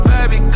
Baby